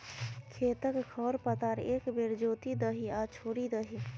खेतक खर पतार एक बेर जोति दही आ छोड़ि दही